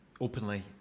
openly